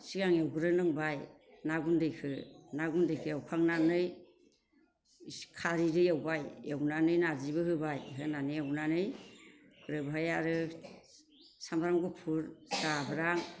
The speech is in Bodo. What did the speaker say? सिगां एवग्रोनांबाय ना गुन्दैखो ना गुन्दैखो एवखांनानै खारैदो एवबाय एवनानै नारजिबो होबाय होनानै एवनानै ग्रोबहाय आरो सामब्राम गुफुर जाब्रां